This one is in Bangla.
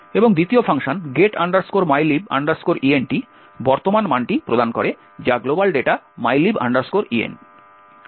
এবং দ্বিতীয় ফাংশন get mylib int বর্তমান মানটি প্রদান করে যা গ্লোবাল ডেটা mylib int